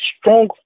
strong